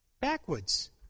backwards